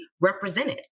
represented